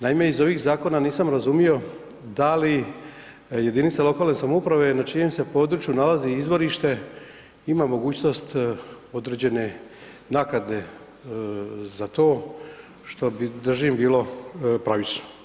Naime, iz ovih zakona nisam razumio da li jedinica lokalne samouprave na čijem se području nalazi izvorište ima mogućnost određene naknade za to, što bi držim bilo pravično.